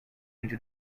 into